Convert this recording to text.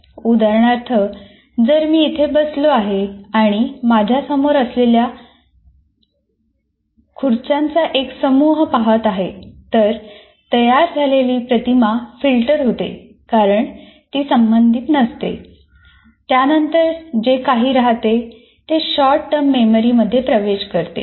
उदाहरणार्थ जर मी येथे बसलो आहे आणि माझ्यासमोर असलेल्या खुर्च्यांचा एक समूह पाहत आहे तर तयार झालेली प्रतिमा फिल्टर होते कारण ती संबंधित नसते त्यानंतर जे काही राहते ते इमिजिएट मेमरी प्रवेश करते